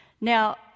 Now